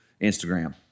Instagram